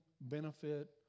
benefit